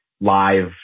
live